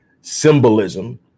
symbolism